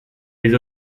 les